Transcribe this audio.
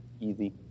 easy